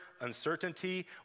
uncertainty